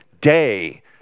day